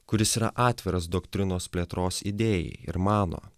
kuris yra atviras doktrinos plėtros idėjai ir mano